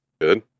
good